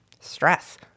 stress